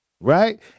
Right